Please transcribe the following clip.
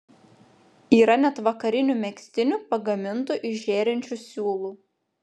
yra net vakarinių megztinių pagamintų iš žėrinčių siūlų